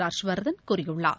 ஹர்ஷவர்தன் கூறியுள்ளார்